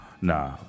Nah